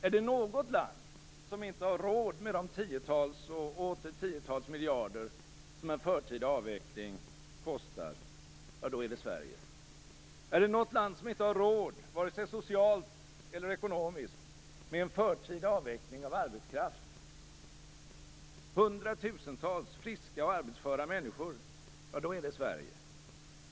Är det något land som inte har råd med de tiotals och åter tiotals miljarder som en förtida avveckling kostar, är det Sverige. Är det något land som inte har råd - vare sig socialt eller ekonomiskt - med en förtida avveckling av arbetskraft, hundratusentals friska och arbetsföra människor, är det Sverige.